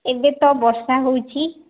ଏବେ ତ ବର୍ଷା ହେଉଛି